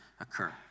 occur